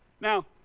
Now